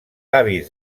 avis